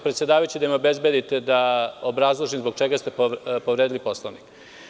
Predsedavajući, da li možete da mi obezbedite da obrazložim zbog čega ste povredili Poslovnik?